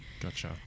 Gotcha